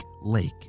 lake